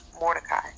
Mordecai